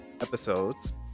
episodes